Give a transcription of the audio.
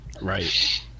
Right